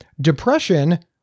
Depression